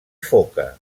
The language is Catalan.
foca